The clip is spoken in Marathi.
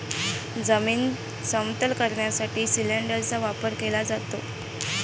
जमीन समतल करण्यासाठी सिलिंडरचा वापर केला जातो